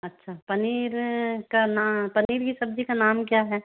अच्छा पनीर का ना पनीर की सब्ज़ी का नाम क्या है